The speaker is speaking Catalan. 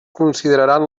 consideraran